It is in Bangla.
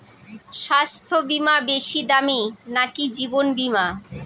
স্বাস্থ্য বীমা বেশী দামী নাকি জীবন বীমা?